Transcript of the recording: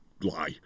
lie